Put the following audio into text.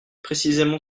précisément